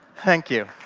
thank you.